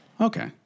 okay